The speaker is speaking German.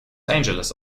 angeles